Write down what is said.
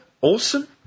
Awesome